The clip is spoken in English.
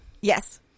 Yes